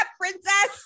princess